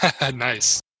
Nice